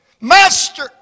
Master